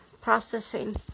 processing